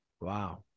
wow